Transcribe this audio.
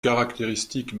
caractéristique